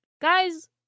guys